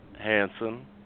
Hanson